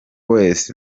west